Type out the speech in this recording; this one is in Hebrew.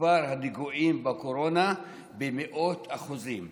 מספר הנגועים בקורונה במאות אחוזים.